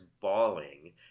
bawling